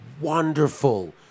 wonderful